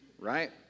right